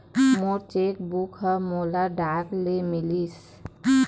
मोर cheque book ह मोला डाक ले मिलिस